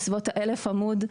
בסביבות 1,000 עמודים.